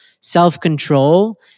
self-control